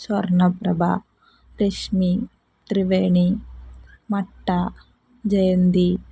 Swarnaprabha Rashmi Triveni Matta Jayanti